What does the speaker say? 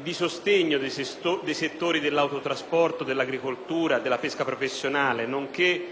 di sostegno ai settori dell'autotrasporto, dell'agricoltura e della pesca professionale, nonché